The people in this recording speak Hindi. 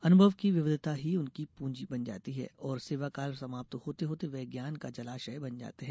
अनुभव की विविधता ही उनकी पूंजी बन जाती है और सेवाकाल समाप्त होते होते वे ज्ञान का जलाशय बन जाते हैं